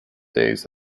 days